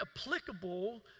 applicable